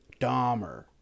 Dahmer